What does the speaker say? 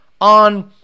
on